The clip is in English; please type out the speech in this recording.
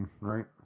right